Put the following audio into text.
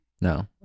No